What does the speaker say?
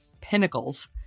pinnacles